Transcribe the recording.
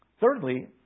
Thirdly